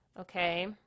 okay